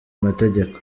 mategeko